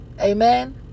Amen